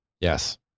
Yes